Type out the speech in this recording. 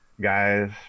guys